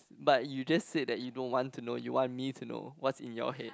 but you just said that you don't want to know you want me to know what's in your head